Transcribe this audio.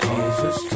Jesus